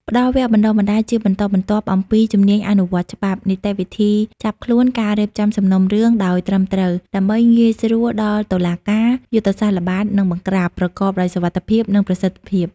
ផ្តល់វគ្គបណ្តុះបណ្តាលជាបន្តបន្ទាប់អំពី ជំនាញអនុវត្តច្បាប់ នីតិវិធីចាប់ខ្លួន ការរៀបចំសំណុំរឿងដោយត្រឹមត្រូវដើម្បីងាយស្រួលដល់តុលាការ យុទ្ធសាស្ត្រល្បាត និងបង្ក្រាប ប្រកបដោយសុវត្ថិភាព និងប្រសិទ្ធភាព។